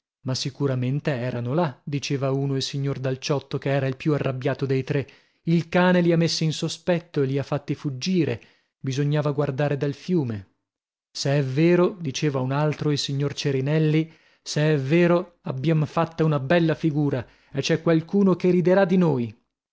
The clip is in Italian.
ma sicuramente erano là diceva uno il signor dal ciotto che era il più arrabbiato dei tre il cane li ha messi in sospetto e li ha fatti fuggire bisognava guardare dal fiume se è vero diceva un altro il signor cerinelli se è vero abbiam fatta una bella figura e c'è qualcuno che riderà di noi